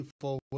forward